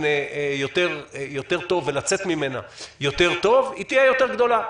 יותר טוב ולצאת ממנה יותר טוב תהיה יותר גדולה.